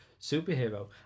superhero